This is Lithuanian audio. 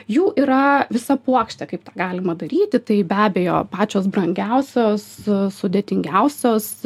jų yra visa puokštė kaip tą galima daryti tai be abejo pačios brangiausios sudėtingiausios